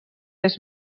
est